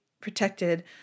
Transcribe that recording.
protected